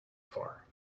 far